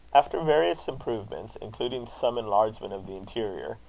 after various improvements, including some enlargement of the interior,